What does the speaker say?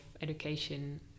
education